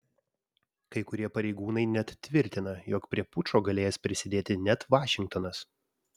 kai kurie pareigūnai net tvirtina jog prie pučo galėjęs prisidėti net vašingtonas